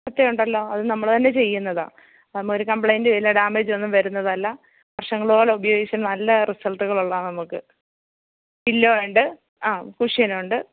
ഒറ്റയുണ്ടല്ലോ അത് നമ്മള് തന്നെ ചെയ്യുന്നതാണ് അതാകുമ്പോള് ഒരു കമ്പ്ലൈൻറ്റൂല്ല ഡാമേജൊന്നും വരുന്നതല്ല വർഷങ്ങളോളം ഉപയോഗിച്ച് നല്ല റിസൾട്ടുകളുള്ളതാണ് നമുക്ക് ഫില്ലോയുണ്ട് ആ കുഷ്യനുണ്ട്